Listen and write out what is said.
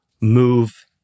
move